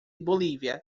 bolivia